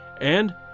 and